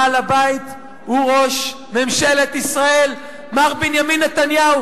בעל הבית הוא ראש ממשלת ישראל מר בנימין נתניהו,